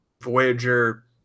Voyager